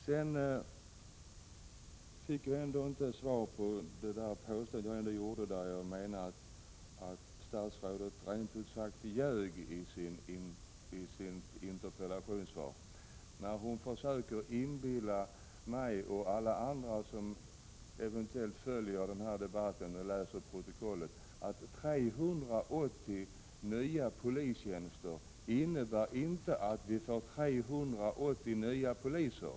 Sedan fick jag ändå inte något svar när jag sade att statsrådet rent av ljög i sitt interpellationssvar, när hon försökte inbilla mig och alla andra som eventuellt följer den här debatten och läser protokollet, att 380 nya polistjänster innebär att vi får 380 nya poliser.